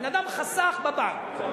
בן-אדם חסך בבנק.